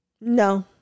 No